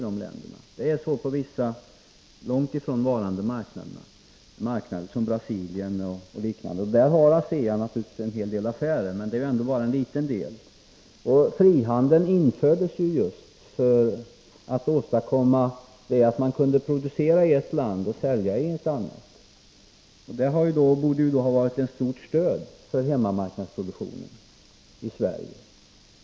Däremot är det så på vissa långt avlägsna marknader, som Brasilien och liknande, och där har ASEA naturligtvis åtskilliga affärer, men det är ändå bara en liten del. Frihandeln infördes ju just för att åstadkomma att man skulle kunna producera i ett land och sälja i ett annat, och det borde ha varit ett starkt stöd för hemmamarknadsproduktionen i Sverige.